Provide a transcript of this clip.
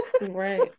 right